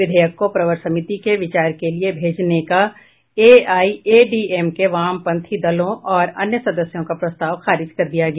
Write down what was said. विधेयक को प्रवर समिति के विचार के लिए भेजने का एआईएडी एमके वामपंथी दलों और अन्य सदस्यों का प्रस्ताव खारिज कर दिया गया